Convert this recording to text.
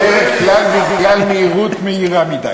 מודה ועוזב ירוחם.